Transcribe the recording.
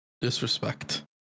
Disrespect